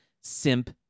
Simp